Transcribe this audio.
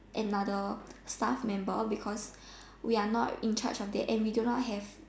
another stuff member because we are not in charge and we do not have